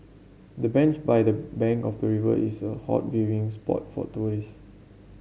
the bench by the bank of the river is a hot viewing spot for tourist